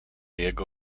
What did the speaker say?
jego